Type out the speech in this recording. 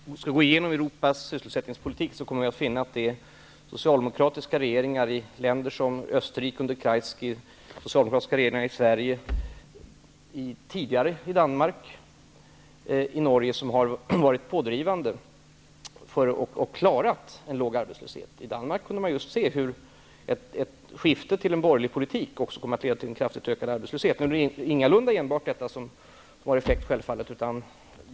Herr talman! Om vi skulle gå igenom Europas sysselsättningspolitik så skulle vi finna att det är socialdemokratiska regeringar i länder som Österrike, under Kreisky, de socialdemokratiska regeringarna i Sverige, Norge och tidigare i Danmark som har varit pådrivande för att klara en låg arbetslöshet. I Danmark kunde man se hur ett skifte till en borgerlig politik också kom att leda till en kraftigt ökad arbetslöshet. Självklart är det ingalunda enbart detta som har effekt.